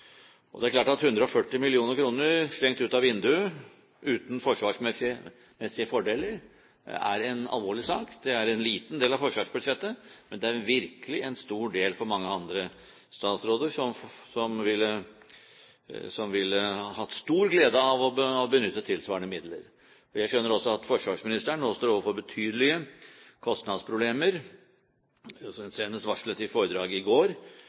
Det er klart at 140 mill. kr slengt ut av vinduet uten forsvarsmessige fordeler er en alvorlig sak. Det er en liten del av forsvarsbudsjettet, men det er virkelig en stor del for mange andre statsråder, som ville hatt stor glede av å benytte tilsvarende midler. Jeg skjønner også at forsvarsministeren nå står overfor betydelige kostnadsproblemer – det synes jeg hun varslet i foredraget i går